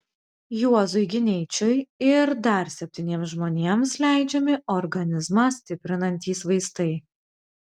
juozui gineičiui ir dar septyniems žmonėms leidžiami organizmą stiprinantys vaistai